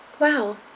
Wow